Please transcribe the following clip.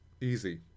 easy